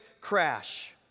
crash